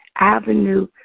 avenue